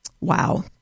Wow